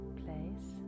place